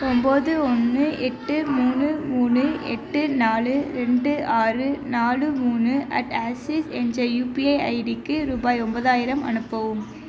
ஒம்பது ஒன்று எட்டு மூணு மூணு எட்டு நாலு ரெண்டு ஆறு நாலு மூணு அட் ஆக்சிஸ் என்ற யூபிஐ ஐடிக்கு ரூபாய் ஒம்பதாயிரம் அனுப்பவும்